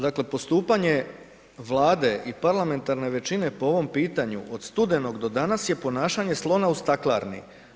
Dakle, postupanje Vlade i parlamentarne većine po ovom pitanju od studenog do danas je ponašanje slona u staklarni.